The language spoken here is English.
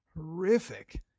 horrific